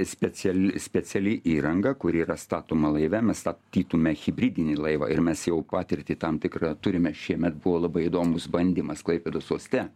special speciali įranga kuri yra statoma laive mes statytume hibridinį laivą ir mes jau patirtį tam tikrą turime šiemet buvo labai įdomus bandymas klaipėdos uoste